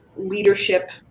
leadership